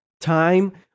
time